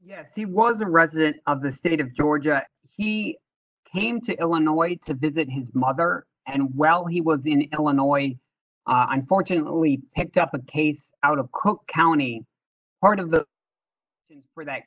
yes he was a resident of the state of georgia he came to illinois to visit his mother and while he was in illinois unfortunately picked up a case out of cook county part of the for that